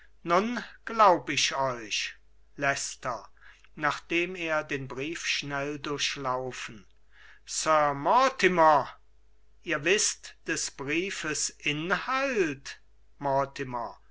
nun glaub ich euch leicester nachdem er den brief schnell durchlaufen sir mortimer ihr wißt des briefes inhalt